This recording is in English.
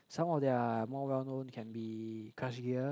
some of their more well known can be Crush Gear